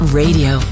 radio